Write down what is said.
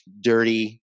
dirty